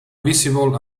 visible